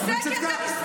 אבל צדקה.